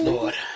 Lord